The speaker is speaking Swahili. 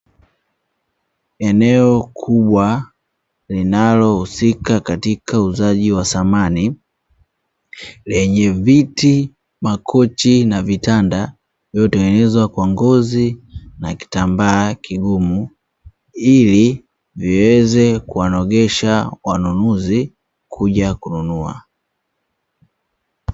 Eneo kubwa linalohusika katika uuzaji wa samani lenye viti, makochi na vitanda; vilivyotengenezwa kwa ngozi na kitambaa kigumu, ili viweze kuwanogesha wanunuzi kuja kununua.